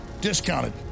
discounted